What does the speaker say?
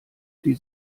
die